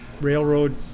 Railroad